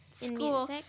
school